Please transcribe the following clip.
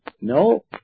No